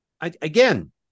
Again